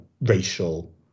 racial